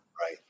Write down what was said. Right